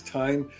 time